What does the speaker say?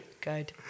Good